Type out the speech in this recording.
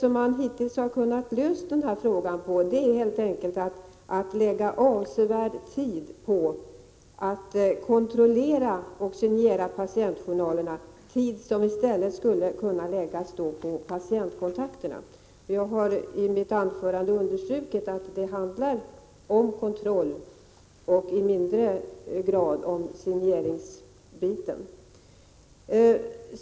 Man har hittills helt enkelt fått lösa detta genom att anslå avsevärd tid till att kontrollera och signera patientjournalerna, tid som i stället skulle kunna användas för patientkontakter. I mitt inledningsanförande underströk jag emellertid att det mera handlar om kontrollen än om själva signerandet.